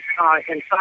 inside